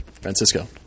Francisco